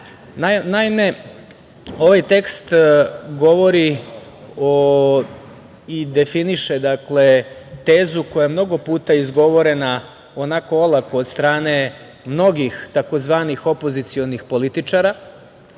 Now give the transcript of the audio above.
ovaj tekst govori o i definiše tezu koja je mnogo puta izgovorena onako olako od strane mnogih tzv. opozicionih političara